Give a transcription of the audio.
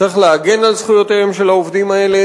צריך להגן על זכויותיהם של העובדים האלה,